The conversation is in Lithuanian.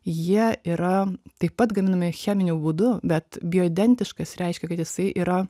jie yra taip pat gaminami cheminiu būdu bet bioidentiškas reiškia kad jisai yra